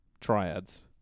triads